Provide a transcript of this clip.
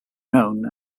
known